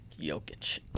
Jokic